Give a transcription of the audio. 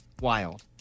wild